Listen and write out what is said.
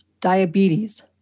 diabetes